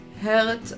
hurt